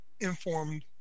informed